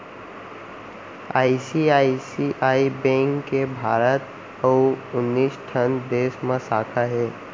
ICICI bank के भारत अउ उन्नीस ठन देस म साखा हे